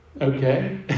Okay